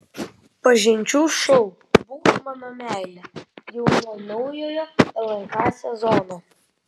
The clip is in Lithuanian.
pažinčių šou būk mano meile jau nuo naujojo lnk sezono